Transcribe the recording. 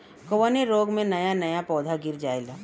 कवने रोग में नया नया पौधा गिर जयेला?